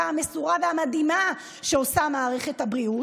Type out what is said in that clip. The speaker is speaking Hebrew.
המסורה והמדהימה שעושה מערכת הבריאות,